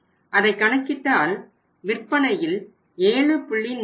அதை கணக்கிட்டால் விற்பனையில் 7